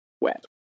wet